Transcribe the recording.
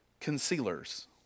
concealers